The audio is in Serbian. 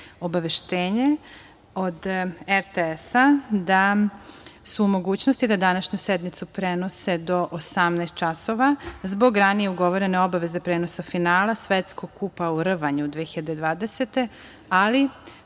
obaveštenje od RTS-a, da su u mogućnosti da današnju sednicu prenose do 18.00 časova, zbog ranije ugovorene obaveze prenosa finala Svetskog kupa u rvanju 2020, ali,